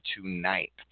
tonight